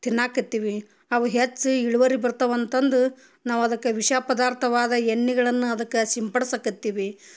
ತಿನ್ನಾಕತ್ತೀವಿ ಅವ ಹೆಚ್ಚು ಇಳ್ವರಿ ಬರ್ತವ ಅಂತಂದು ನಾವು ಅದಕ್ಕೆ ವಿಷ ಪದಾರ್ಥವಾದ ಎಣ್ಣೆಗಳನ್ನು ಅದಕ್ಕ ಸಿಂಪಡಿಸಕತ್ತೀವಿ